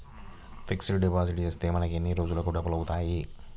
Fixed deposit చేస్తే మనకు ఎన్ని రోజులకు డబల్ అవుతాయి?